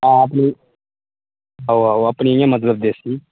ओहो आहो अपनी इं'या मतलब देसी